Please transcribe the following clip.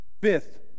fifth